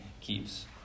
keeps